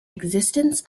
existence